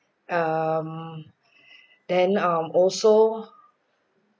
um then um also